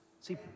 See